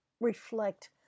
reflect